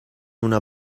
una